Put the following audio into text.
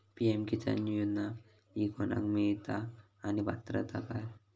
PM Kisan योजना ही कोणाक मिळता आणि पात्रता काय?